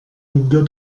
millor